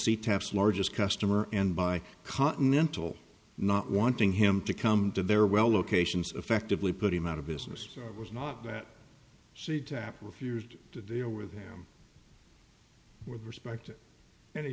taps largest customer and by continental not wanting him to come to their well locations affectively put him out of business it was not that sea tac refused to deal with him with respect and